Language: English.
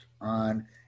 on